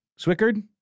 Swickard